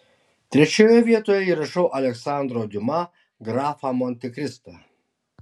trečioje vietoje įrašau aleksandro diuma grafą montekristą